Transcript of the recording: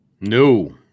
No